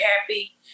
happy